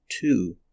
Two